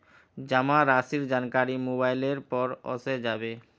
जमा राशिर जानकारी मोबाइलेर पर ओसे जाबे